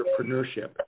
entrepreneurship